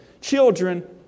Children